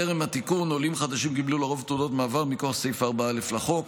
טרם התיקון עולים חדשים קיבלו לרוב תעודות מעבר מכוח סעיף 4(א) לחוק,